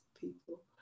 people